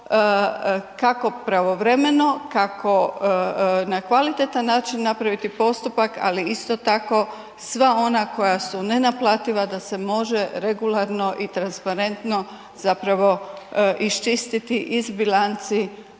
kako pravovremeno, kako na kvalitetan način napraviti postupak, ali isto tako sva ona koja su nenaplativa da se može regularno i transparentno zapravo iščistiti iz bilanci gradova